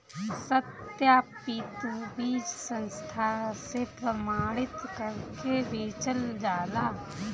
सत्यापित बीज संस्था से प्रमाणित करके बेचल जाला